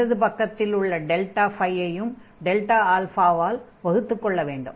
இடது பக்கத்தில் உள்ள ΔΦ ஐயும் Δα ஆல் வகுத்துக் கொள்ள வேண்டும்